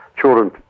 children